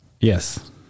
Yes